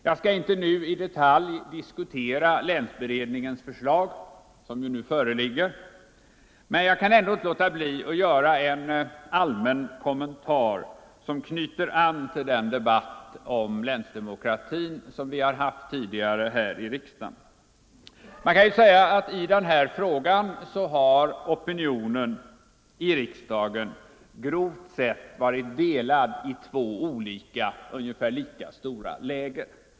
Jag skall inte i detalj diskutera länsberedningens förslag, som det nu föreligger, men jag kan ändå inte Nr 114 låta bli att göra en allmän kommentar som knyter an till den debatt Onsdagen den om länsdemokratin som vi tidigare haft här i riksdagen. Man kan ju 6 november 1974 säga att i denna fråga opinionen i riksdagen grovt sett har varit delad i två lika stora läger.